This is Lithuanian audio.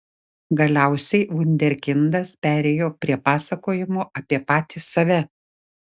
galiausiai vunderkindas perėjo prie pasakojimo apie patį save